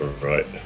Right